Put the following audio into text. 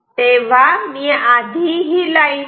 तेव्हा मी आधी ही लाईन काढतो